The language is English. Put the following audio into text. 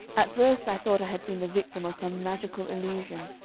at first i thought i had been the victim of some magical illusion,